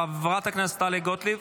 חברת הכנסת טלי גוטליב?